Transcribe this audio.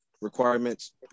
requirements